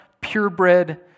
purebred